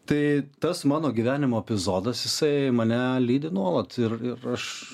tai tas mano gyvenimo epizodas jisai mane lydi nuolat ir ir aš